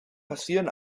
passieren